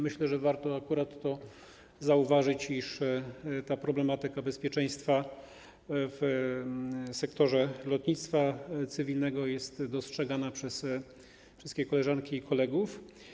Myślę, że - warto akurat to zauważyć - ta problematyka bezpieczeństwa w sektorze lotnictwa cywilnego jest dostrzegana przez wszystkie koleżanki i wszystkich kolegów.